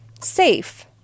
safe